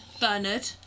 Bernard